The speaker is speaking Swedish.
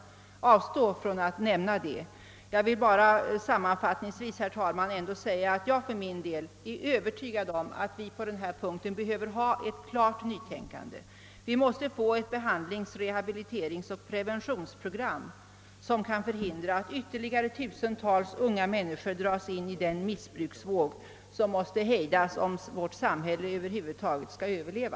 Jag skall också avstå från att nämna dem. Jag vill bara sammanfattningsvis, herr talman, framhålla att jag för min del är övertygad om att vi på denna punkt behöver ett klart nytänkande. Vi behöver få ett behandlings-, rehabiliteringsoch preventionsprogram, som kan förhindra att ytterligare tusentals unga människor dras in i den missbruksvåg som måste hejdas om vårt samhälle över huvud taget skall överleva.